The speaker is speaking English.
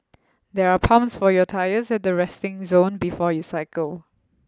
there are pumps for your tyres at the resting zone before you cycle